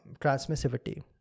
transmissivity